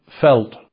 felt